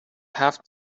have